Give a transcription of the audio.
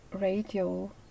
radio